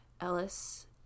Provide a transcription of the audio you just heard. Ellis